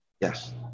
Yes